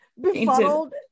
Befuddled